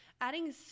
Adding